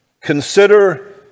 consider